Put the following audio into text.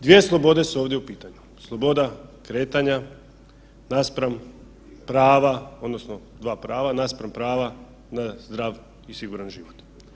Dvije slobode su ovdje u pitanju, sloboda kretanja naspram prava odnosno dva prava naspram prava na zdrav i siguran život.